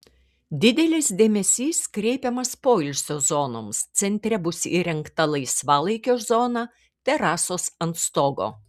didelis dėmesys kreipiamas poilsio zonoms centre bus įrengta laisvalaikio zona terasos ant stogo